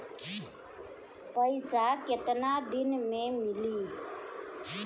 पैसा केतना दिन में मिली?